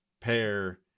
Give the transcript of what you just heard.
pair